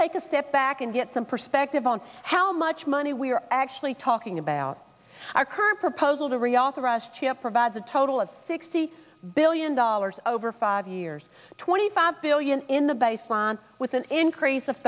take a step back and get some perspective on how much money we're actually talking about our current proposal to reauthorize chip provides a total of sixty billion dollars over five years twenty five billion in the baseline with an increase of